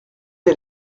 est